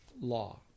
law